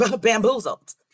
bamboozled